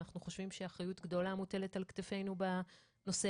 אנחנו חושבים שאחריות גדולה מוטלת על כתפינו בנושא